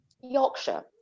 yorkshire